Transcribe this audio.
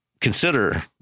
consider